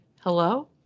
hello